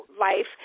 life